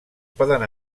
poden